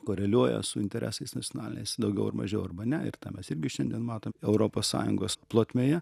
koreliuoja su interesais nacionaliniais daugiau ar mažiau arba ne ir tą mes irgi šiandien matom europos sąjungos plotmėje